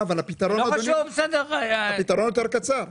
הפתרון יותר קצר.